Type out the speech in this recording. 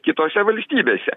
kitose valstybėse